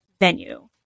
venue